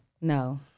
No